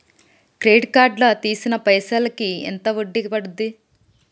Credit card లా తీసిన పైసల్ కి ఎంత వడ్డీ పండుద్ధి?